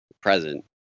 present